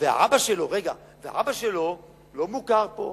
והאבא שלו לא מוכר פה,